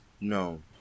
No